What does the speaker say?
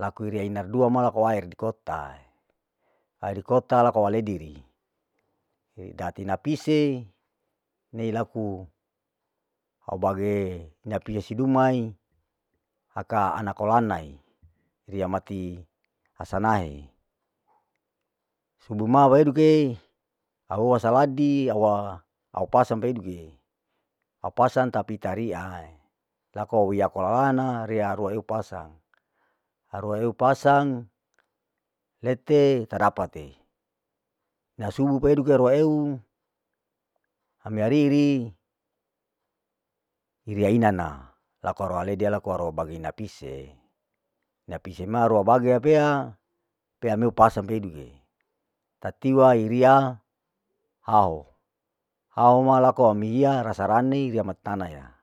laku iriya inardua ma laku aer dikotae, aer dikota laku waleidiri, jadi napise nei laku au bage ina piese dumai aka ana kolanai, riya maki asanae, subu ma weiduke, au wasaladi auwa au pasang peduke, au pasang tapi teriyai. laku riya koulana laku haruwae upasang, haruwae upasang lette tadate, na subuh ke aruwa eu ami ariri iriya inana, laku aruwa leidi laku aruwa bagena pise, ina pise ma arua bagena ina peya, pea meupasang peiduke, tatiwairiya haho, haho ma laku amihiya rasa rani rei riya matanaya.'